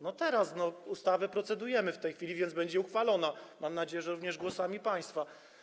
No teraz, nad ustawą procedujemy w tej chwili, więc będzie uchwalona, mam nadzieję, że również głosami państwa.